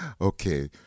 Okay